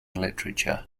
literature